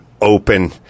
open